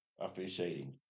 officiating